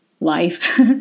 life